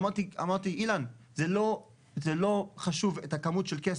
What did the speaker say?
אמרתי לו "אילן, זה לא חשוב כמה כסף,